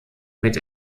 mit